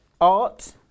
art